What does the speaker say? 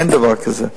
אין דבר כזה.